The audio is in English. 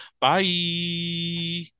Bye